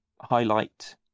highlight